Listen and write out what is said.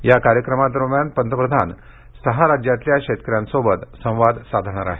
या कार्यक्रमादरम्यान पंतप्रधान सहा राज्यातील शेतकऱ्यांसोबत संवाद साधणार आहेत